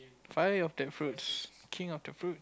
five of that fruits king of the fruits